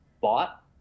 bought